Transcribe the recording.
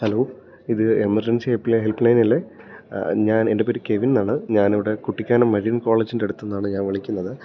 hello ഇത് emergency helpline അല്ലേ ഞാൻ എൻ്റെ പേര് കെവിൻ എന്നാണ് ഞാനിവിടെ കുട്ടിക്കാനം മരിയൻ കോളേജിൻ്റെ അടുത്തുനിന്നാണ് ഞാൻ വിളിക്കുന്നത്